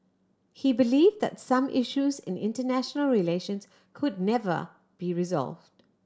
he believe that some issues in international relations could never be resolved